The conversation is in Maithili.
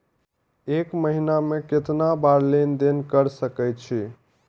एक महीना में केतना बार लेन देन कर सके छी?